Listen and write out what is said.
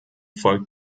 folgt